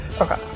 Okay